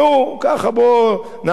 בואו נעשה "מערוף",